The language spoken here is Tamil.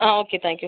ah okay thank you